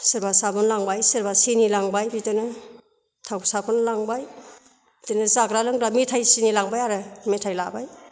सोरबा साबोन लांबाय सोरबा सेनि लांबाय बिदिनो थाव साफुन लांबाय बिदिनो जाग्रा लोंग्रा मेथाइ सिनि लांबाय आरो मेथाइ लाबाय